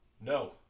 No